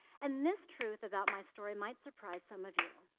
and, this truth about my story might surprise some of you.